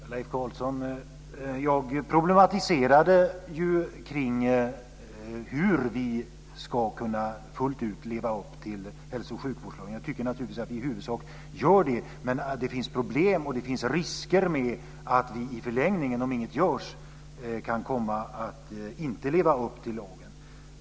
Fru talman! Leif Carlson! Jag problematiserade ju kring hur vi fullt ut ska kunna leva upp till hälso och sjukvårdslagen. Jag tycker naturligtvis att vi i huvudsak gör det, men det finns problem och det finns en risk att vi i förlängningen, om inget görs, kan komma att inte leva upp till lagen.